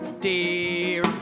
dear